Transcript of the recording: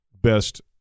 best